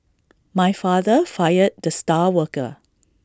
my father fired the star worker